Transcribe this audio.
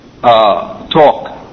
talk